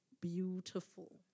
Beautiful